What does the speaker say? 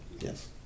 Yes